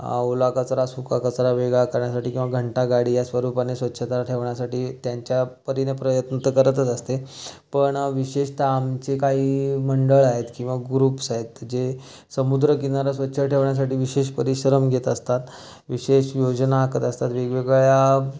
ओला कचरा सुका कचरा वेगळा करण्यासाठी किंवा घंटा गाडी या स्वरूपाने स्वच्छता ठेवण्यासाठी त्यांच्या परीने प्रयत्न तर करतच असते पण विशेषतः आमचे काही मंडळ आहेत किंवा ग्रुप्स आहेत जे समुद्रकिनारा स्वच्छ ठेवण्यासाठी विशेष परिश्रम घेत असतात विशेष योजना आखत असतात वेगवेगळ्या